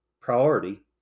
priority